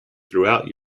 throughout